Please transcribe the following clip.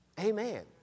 Amen